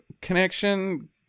connection